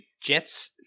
Jets